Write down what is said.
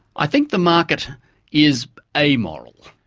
i think the market is amoral.